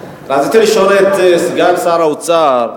את סגן שר האוצר,